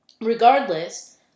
regardless